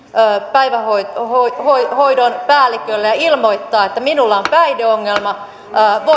päivähoidon päällikölle ja ilmoittaa että minulla on päihdeongelma